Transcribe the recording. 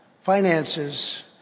finances